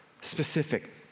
specific